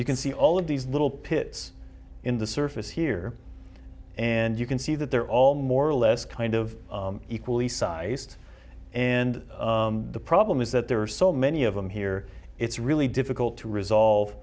you can see all of these little pits in the surface here and you can see that they're all more or less kind of equally sized and the problem is that there are so many of them here it's really difficult to resolve